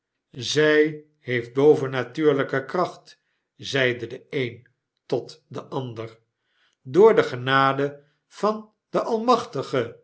zy heeft bovennatuurlijke kracht zeide de een tot den ander door de genade van den almachtige